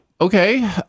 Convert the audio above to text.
Okay